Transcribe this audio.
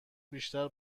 بیشتر